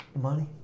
Money